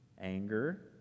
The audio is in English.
anger